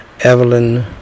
Evelyn